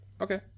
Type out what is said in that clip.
okay